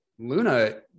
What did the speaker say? luna